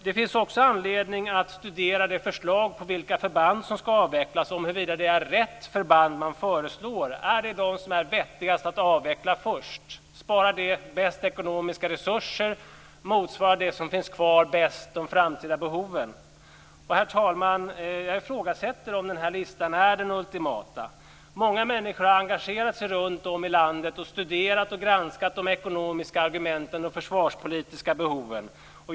Det finns också anledning att studera förslaget om vilka förband som ska avvecklas och huruvida det är rätt förband man föreslår. Är det de som är vettigast att avveckla först? Sparar det mest ekonomiska resurser? Motsvarar det som finns kvar bäst de framtida behoven? Herr talman! Jag ifrågasätter om listan är den ultimata. Många människor har engagerat sig runtom i landet. De har studerat och granskat de ekonomiska argumenten och de försvarspolitiska behoven.